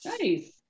Nice